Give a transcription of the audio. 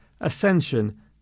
Ascension